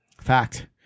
fact